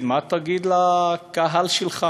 מה תגיד לקהל שלך?